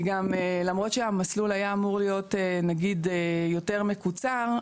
היא גם למרות שהמסלול היה אמור להיות נגיד יותר מקוצר,